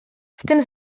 tym